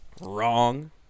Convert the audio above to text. wrong